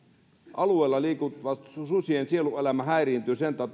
alueilla liikkuvien susien sielunelämä häiriintyy sen takia että